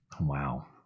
wow